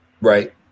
Right